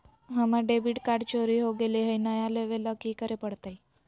हमर debit card चोरी हो गेले हई, नया लेवे ल की करे पड़तई?